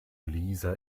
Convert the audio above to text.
lisa